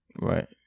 Right